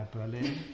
Berlin